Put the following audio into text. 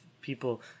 people